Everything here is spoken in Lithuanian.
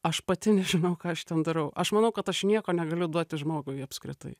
aš pati nežinau ką aš ten darau aš manau kad aš nieko negaliu duoti žmogui apskritai